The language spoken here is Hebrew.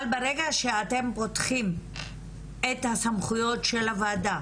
אבל ברגע שאתם פותחים את הסמכויות של הוועדה